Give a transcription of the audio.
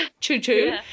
choo-choo